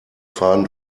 faden